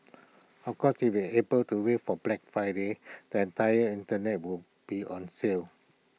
of course able to wait for Black Friday the entire Internet will be on sale